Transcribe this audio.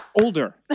older